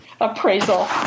appraisal